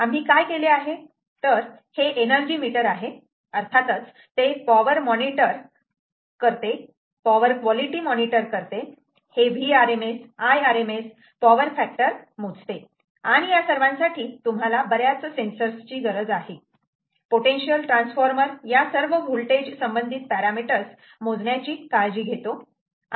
आम्ही काय केले आहे तर हे एनर्जी मीटर आहे अर्थातच ते पॉवर मॉनिटर करते पॉवर क्वलिटी मॉनिटर करते हे Vrms Irms पॉवर फॅक्टर मोजते आणि या सर्वांसाठी तुम्हाला बऱ्याच सेन्सर्स ची गरज आहे पोटेन्शियल ट्रान्सफॉर्मर या सर्व व्होल्टेज संबंधित पॅरामीटर्स मोजण्याची काळजी घेतो